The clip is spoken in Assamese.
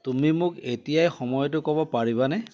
তুমি মোক এতিয়াই সময়টো ক'ব পাৰিবানে